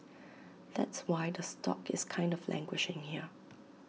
that's why the stock is kind of languishing here